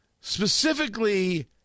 specifically